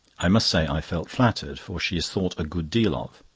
i must say i felt flattered, for she is thought a good deal of.